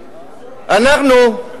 אנחנו,